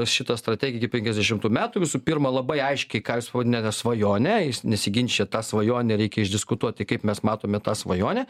šitą strategiją iki penkiasdešimtų metų visų pirma labai aiškiai ką jūs vadinate svajone jis nesiginčija tą svajonę reikia išdiskutuoti kaip mes matome tą svajonę